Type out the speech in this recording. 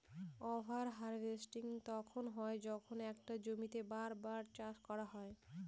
over harvesting তখন হয় যখন একটা জমিতেই বার বার চাষ করা হয়